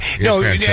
No